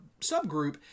subgroup